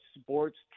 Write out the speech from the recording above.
sports